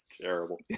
Terrible